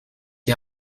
die